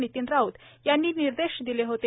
नितीन राऊत यांनी निर्देश दिले होते